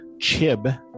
Chib